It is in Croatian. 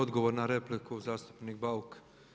Odgovor na repliku zastupnik Bauk.